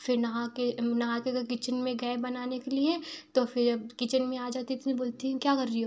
फिर नहा के नहा के अगर किचन में गए बनाने के लिए तो फिर किचन में आ जाती थीं तो बोलती थीं क्या कर रही हो